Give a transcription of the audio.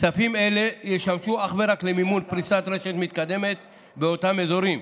כספים אלה ישמשו אך ורק למימון פריסת רשת מתקדמת באותם אזורים,